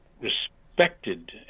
respected